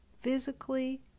physically